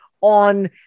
on